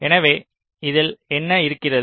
எனவே இதில் என்ன இருக்கிறது